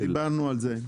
דיברנו על זה.